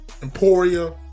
Emporia